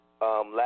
last